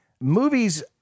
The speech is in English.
Movies